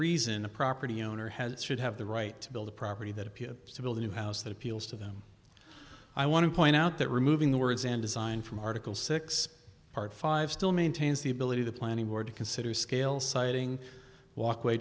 reason a property owner has should have the right to build a property that is to build a new house that appeals to them i want to point out that removing the words and design from article six part five still maintains the ability the planning board to consider scale siting walkway